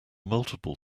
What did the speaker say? multiple